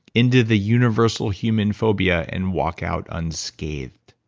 into the universal human phobia, and walk out unscathed.